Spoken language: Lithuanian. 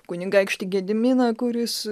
kunigaikštį gediminą kuris